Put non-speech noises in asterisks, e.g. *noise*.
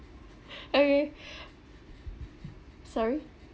*breath* okay *breath* sorry